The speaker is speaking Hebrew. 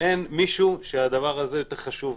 אין מישהו שהדבר הזה יותר חשוב,